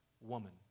woman